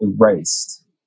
erased